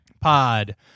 pod